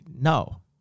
no